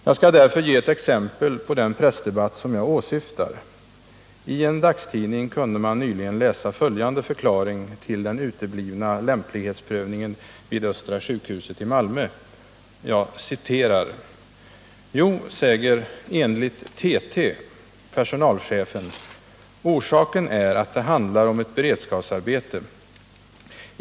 Jag skall också ge ett exempel på den pressdebatt som jag åsyftar. I en dagstidning kunde man nyligen läsa följande förklaring till den uteblivna lämplighetsprövningen vid Östra sjukhuset i Malmö: ”Jo, säger, enligt TT, personalchefen, orsaken är att det handlar om ett beredskapsarbete.